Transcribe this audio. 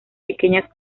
pequeñas